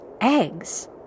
eggs